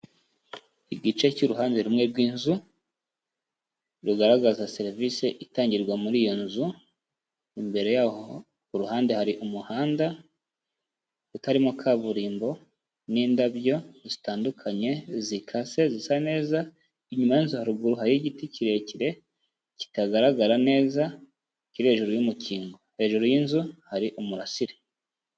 Igice cy'uruhande rumwe rw'inzu, rugaragaza serivisi itangirwa muri iyo nzu, imbere yaho ku ruhande hari umuhanda utarimo kaburimbo n'indabyo zitandukanye zikase zisa neza, inyuma yazo haruguru hariyo igiti kirekire kitagaragara neza, kiri hejuru y'umukingo, hejuru y'inzu hari umurasire.